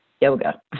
yoga